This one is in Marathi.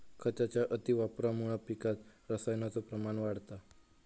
खताच्या अतिवापरामुळा पिकात रसायनाचो प्रमाण वाढता